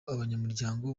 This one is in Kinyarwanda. abanyamuryango